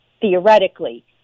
theoretically